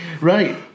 Right